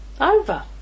over